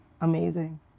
amazing